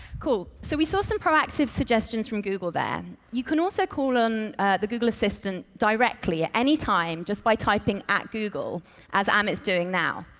cool. so we saw some proactive suggestions from google there. you can also call on the google assistant directly at any time just by typing google as amit's doing now.